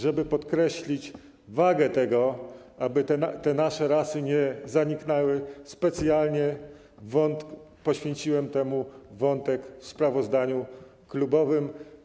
Żeby podkreślić wagę tego, aby nasze rasy nie zanikły, specjalnie poświęciłem temu wątek w sprawozdaniu klubowym.